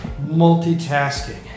Multitasking